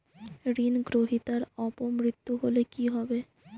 ঋণ গ্রহীতার অপ মৃত্যু হলে কি হবে?